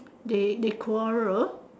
they they quarrel